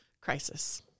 crisis